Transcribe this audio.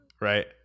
right